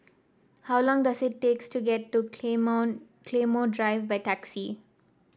how long does it takes to get to Claymore Claymore Drive by taxi